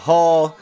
Hall